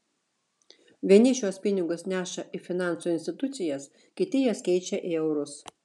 vieni šiuos pinigus neša į finansų institucijas kiti jas keičia į eurus